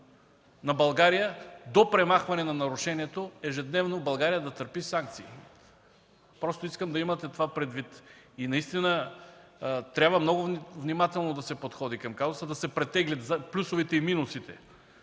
на България – до премахване на нарушението ежедневно България да търпи санкции. Просто искам да имате това предвид. И наистина трябва много внимателно да се подходи към казуса, да се претеглят плюсовете и минусите.